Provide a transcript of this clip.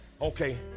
Okay